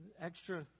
extra